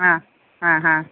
ആ ആ ഹാ